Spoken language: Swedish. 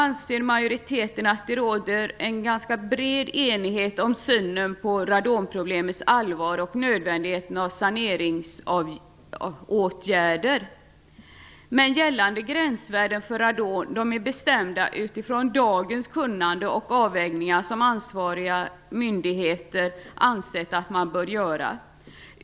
Utskottsmajoriteten anser att det råder en ganska bred enighet om radonproblemets allvar och om nödvändigheten av saneringsåtgärder, men gällande gränsvärden för radon är bestämda utifrån dagens kunnande och avvägningar som ansvariga myndigheter har ansett bör göras.